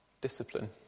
discipline